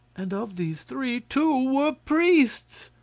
and of these three two were priests.